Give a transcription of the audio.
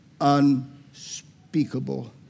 unspeakable